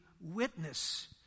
witness